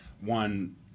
one